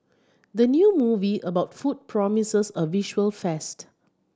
the new movie about food promises a visual feast